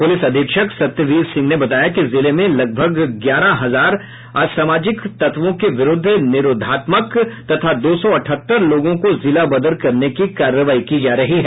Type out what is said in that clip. police अधीक्षक सत्यवीर सिंह ने बताया कि जिले में लगभग ग्यारह हजार असामाजिक तत्वों के विरूद्व निरोधात्मक तथा दो सौ अठहत्तर लोगों को जिला बदर करने की कार्रवाई की जा रही है